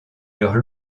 leurs